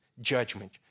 judgment